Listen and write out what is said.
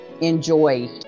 enjoy